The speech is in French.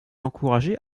encourager